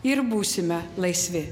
ir būsime laisvi